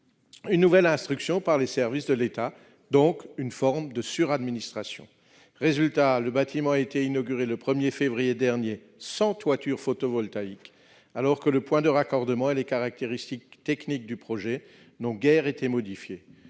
une nouvelle instruction par les services de l'État ; c'est une forme de suradministration ... Résultat : le bâtiment a été inauguré le 1 février dernier sans toiture photovoltaïque, alors que le point de raccordement et les caractéristiques techniques du projet n'ont guère été modifiés.